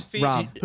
Rob